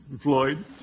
Floyd